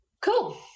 Cool